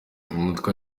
umutwe